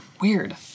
Weird